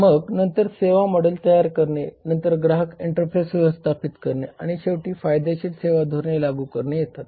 मग नंतर सेवा मॉडेल तयार करणे नंतर ग्राहक इंटरफेस व्यवस्थापित करणे आणि शेवटी फायदेशीर सेवा धोरणे लागू करणे हे येतात